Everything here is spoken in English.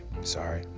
Sorry